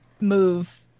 move